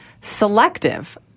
selective